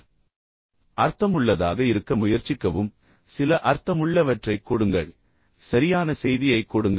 எனவே அர்த்தமுள்ளதாக இருக்க முயற்சிக்கவும் அதாவது சில அர்த்தமுள்ளவற்றை கொடுங்கள் சரியான செய்தியைக் கொடுங்கள்